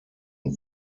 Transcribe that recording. und